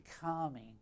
calming